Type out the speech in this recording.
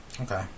Okay